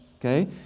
okay